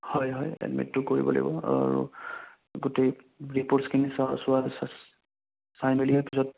হয় হয় এডমিটতো কৰিব লাগিব আৰু গোটেই ৰিপ'ৰ্টখিনি চোৱাৰ চোৱাৰ পাছত চাই মেলি হে তাৰ পিছত